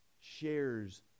shares